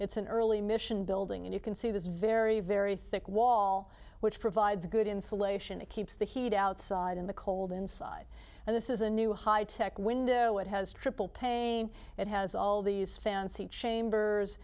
it's an early mission building and you can see this very very thick wall which provides good insulation it keeps the heat outside in the cold inside and this is a new high tech window it has triple paying it has all these fancy chambers